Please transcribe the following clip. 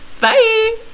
Bye